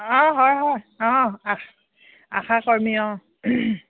অঁ হয় হয় অঁ আশাকৰ্মী অঁ